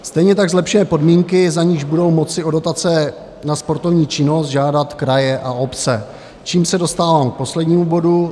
Stejně tak zlepšuje podmínky, za níž budou moci o dotace na sportovní činnost žádat kraje a obce, čímž se dostávám k poslednímu bodu.